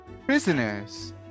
Prisoners